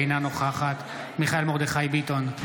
אינה נוכחת מיכאל מרדכי ביטון,